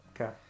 Okay